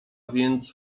więc